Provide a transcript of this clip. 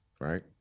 Right